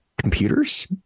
computers